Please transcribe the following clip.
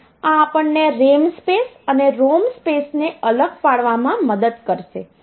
તેથી આ આપણ ને RAM સ્પેસ અને ROM સ્પેસને અલગ પાડવામાં મદદ કરશે